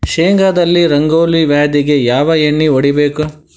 ಶೇಂಗಾದಲ್ಲಿ ರಂಗೋಲಿ ವ್ಯಾಧಿಗೆ ಯಾವ ಎಣ್ಣಿ ಹೊಡಿಬೇಕು?